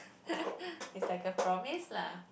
it's like a promise lah